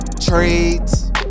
trades